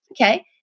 okay